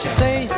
say